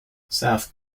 south